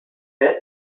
fifth